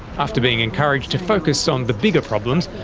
after being encouraged to focus on the bigger problems,